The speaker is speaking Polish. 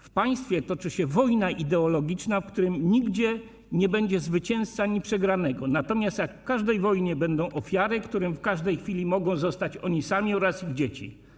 W państwie toczy się wojna ideologiczna, w której nigdy nie będzie zwycięzcy ani przegranego, natomiast, jak w każdej wojnie, będą ofiary, którymi w każdej chwili mogą zostać oni sami oraz ich dzieci.